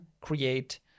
create